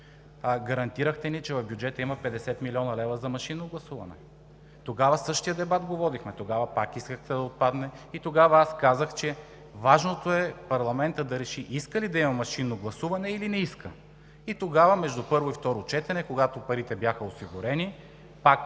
Гарантирахте ни, че в бюджета има 50 млн. лв. за машинно гласуване. Тогава водихме същия дебат, тогава пак искахте да отпадне, и тогава казах, че важното е парламентът да реши иска ли да има машинно гласуване, или не иска. Тогава между първо и второ четене, когато парите бяха осигурени, пак